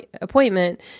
appointment